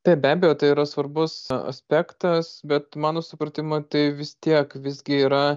taip be abejo tai yra svarbus aspektas bet mano supratimu tai vis tiek visgi yra